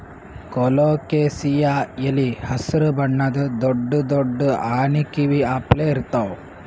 colocasia ಎಲಿ ಹಸ್ರ್ ಬಣ್ಣದ್ ದೊಡ್ಡ್ ದೊಡ್ಡ್ ಆನಿ ಕಿವಿ ಅಪ್ಲೆ ಇರ್ತವ್